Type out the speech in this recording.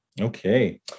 Okay